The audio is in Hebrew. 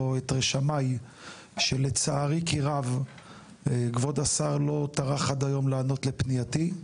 את רשמיי שלצערי כי רב כבוד השר לא טרח עד היום לענות לפנייתי.